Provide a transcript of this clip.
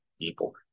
people